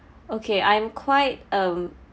okay I'm quite a